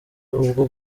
ubwo